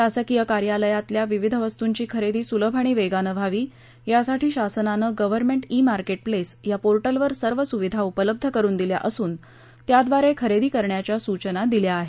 शासकीय कार्यालयातल्या विविध वस्तूंची खरेदी सुलभ आणि वेगानं व्हावी यासाठी शासनानं गर्व्हमेंट ई मार्केट प्लेस या पोर्टलवर सर्व सुविधा उपलब्ध करुन दिल्या असून त्याब्रारे खरेदी करण्याच्या सूचना दिल्या आहेत